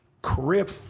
Crip